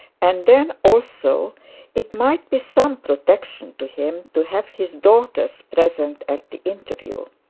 and then also it might be some protection to him to have his daughters present at the interview.